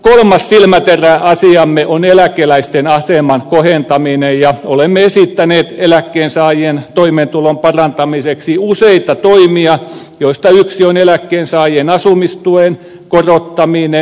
kolmas silmäteräasiamme on eläkeläisten aseman kohentaminen ja olemme esittäneet eläkkeensaajien toimeentulon parantamiseksi useita toimia joista yksi on eläkkeensaajien asumistuen korottaminen